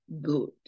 good